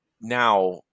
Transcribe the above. now